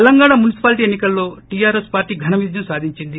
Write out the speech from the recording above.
Telangana municipality ఎన్నికల్లో T R S party ఘనవిజయం సాధింది